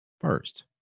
First